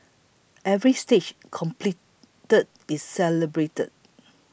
every stage completed is celebrated